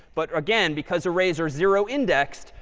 but again, because arrays are zero indexed,